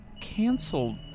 canceled